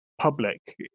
public